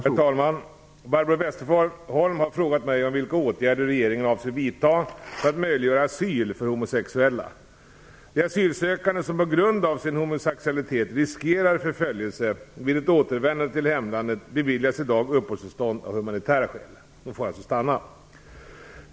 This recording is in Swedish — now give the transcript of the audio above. Herr talman! Barbro Westerholm har frågat mig om vilka åtgärder regeringen avser vidta för att möjliggöra asyl för homosexuella. De asylsökande som på grund av sin homosexualitet riskerar förföljelse vid ett återvändande till hemlandet beviljas i dag uppehållstillstånd av humanitära skäl; de får alltså stanna.